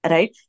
Right